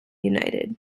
united